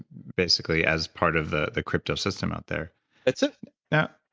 basically, as part of the the crypto system out there that's it now,